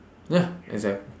ya exact~